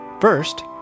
First